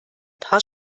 paar